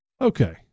Okay